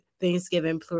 thanksgiving